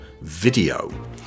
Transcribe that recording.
Video